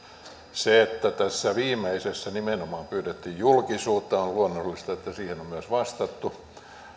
kun tässä viimeisessä nimenomaan pyydettiin kommentteja koskien julkisuutta niin on luonnollista että siihen on myös vastattu